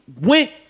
went